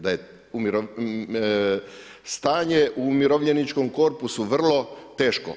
Da je stanje u umirovljeničkom korpusu vrlo teško.